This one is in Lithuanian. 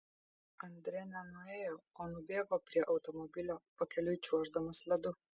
andre ne nuėjo o nubėgo prie automobilio pakeliui čiuoždamas ledu